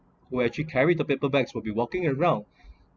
who actually carry the paper bags will be walking around